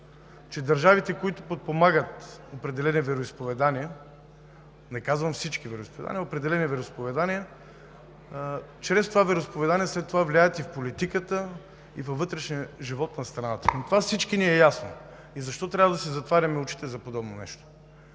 че държавите, които подпомагат определени вероизповедания, не казвам всички вероизповедания, а определени вероизповедания, чрез това вероизповедание след това влияят и в политиката, и във вътрешния живот на страната. Това е ясно на всички! Защо трябва да си затваряме очите за подобно нещо?